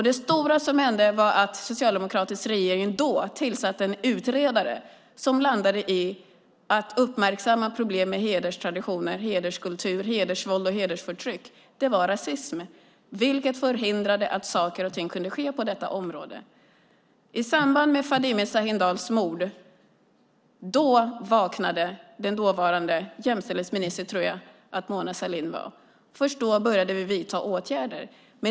Det stora som hände var att den socialdemokratiska regeringen då tillsatte en utredare som landade i att uppmärksamma problem med hederstraditioner, hederskultur, hedersvåld och hedersförtryck. Det var rasism, vilket förhindrade att saker och ting kunde ske på detta område. I samband med mordet på Fadime Sahindal vaknade den dåvarande jämställdhetsministern - jag tror att det var Mona Sahlin. Först då började vi vidta åtgärder.